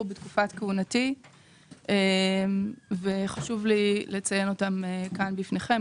בתקופת כהונתי וחשוב לי לציין אותם כאן בפניכם,